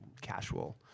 casual